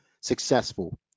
successful